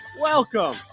welcome